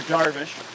Darvish